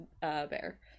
bear